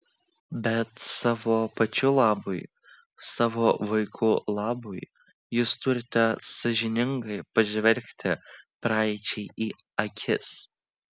bet savo pačių labui savo vaikų labui jūs turite sąžiningai pažvelgti praeičiai į akis